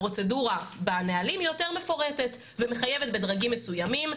הפרוצדורה בנהלים היא יותר מפורטת ומחייבת בדרגים מסוימים,